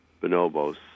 Bonobos